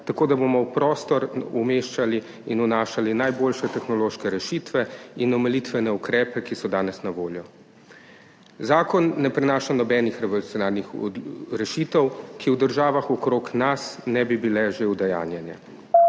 tako da bomo v prostor umeščali in vnašali najboljše tehnološke rešitve in omilitvene ukrepe, ki so danes na voljo. Zakon ne prinaša nobenih revolucionarnih rešitev, ki v državah okrog nas ne bi bile že udejanjene.